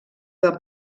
del